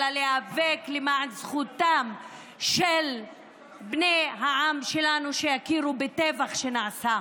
אלא להיאבק למען זכותם של בני העם שלנו שיכירו בטבח שנעשה.